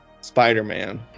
Spider-Man